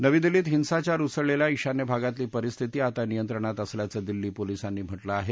नवी दिल्लीत हिंसाचार उसळलेल्या ब्राान्य भागातली परिस्थिती आता नियंत्रणात असल्याचं दिल्ली पोलिसांनी म्हटलं आहे